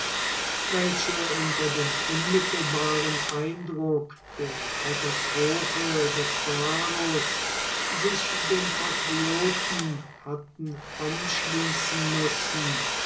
welche unter dem unmittelbaren eindruck der katastrophe des varus sich den patrioten hatten anschließen müssen